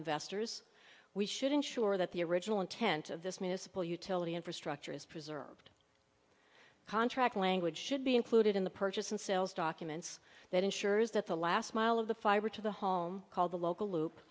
investors we should ensure that the original intent of this municipal utility infrastructure is preserved contract language should be included in the purchase and sales documents that ensures that the last mile of the fiber to the home called the local loop